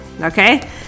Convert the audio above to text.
okay